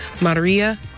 Maria